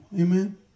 Amen